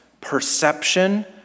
perception